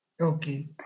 Okay